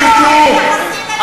אל תטעו,